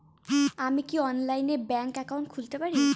আমি কি অনলাইনে ব্যাংক একাউন্ট খুলতে পারি?